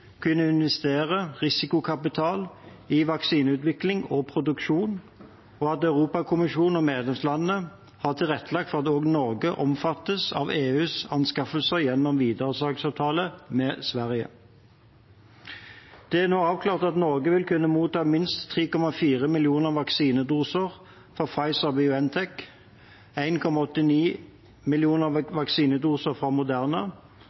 kunne investere risikokapital i vaksineutvikling og -produksjon, og at Europakommisjonen og medlemslandene har tilrettelagt for at også Norge omfattes av EUs anskaffelser gjennom videresalgsavtaler med Sverige. Det er nå avklart at Norge vil kunne motta minst 3,4 millioner vaksinedoser fra Pfizer-BioNTech, 1,89 millioner vaksinedoser fra Moderna og over 3,3 millioner vaksinedoser fra